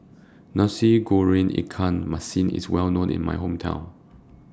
Nasi Goreng Ikan Masin IS Well known in My Hometown